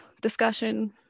discussion